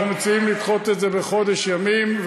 ואנחנו מציעים לדחות את זה בחודש ימים,